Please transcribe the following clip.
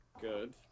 good